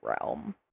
realm